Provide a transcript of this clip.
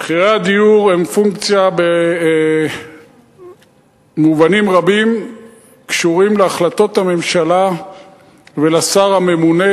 מחירי הדיור במובנים רבים קשורים להחלטות הממשלה ולשר הממונה